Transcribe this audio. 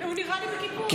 הוא נראה לי בקיפול.